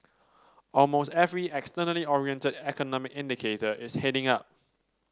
almost every externally oriented economic indicator is heading up